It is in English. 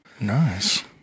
Nice